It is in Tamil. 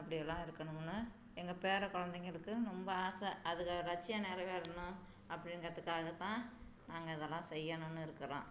அப்படியெல்லாம் இருக்கணும்னு எங்கள் பேரக் குழந்தைங்களுக்கு ரொம்ப ஆசை அதுங்க ரட்சியம் நிறவேறணும் அப்படிங்கறத்துக்காக தான் நாங்கள் இதெல்லாம் செய்யணும்னு இருக்கிறோம்